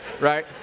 right